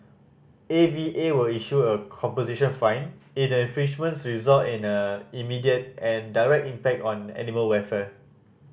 A V A will issue a composition fine if the infringements result in a immediate and direct impact on animal welfare